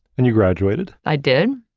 and you graduated. i did.